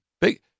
Big